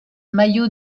mayo